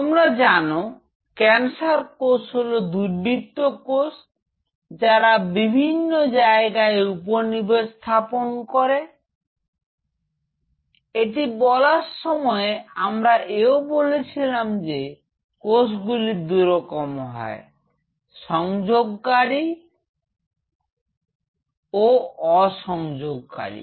তোমরা জানো ক্যান্সার কোষ হল দুর্বৃত্ত কোষ যারা বিভিন্ন জায়গায় উপনিবেশ স্থাপন করে একটি বলার সময় আমরা এও বলেছিলাম যে কোষগুলি দুরকম হয় সংযোগকারী ও সংযোগ কারি